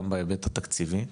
גם בהיבט התקציבי,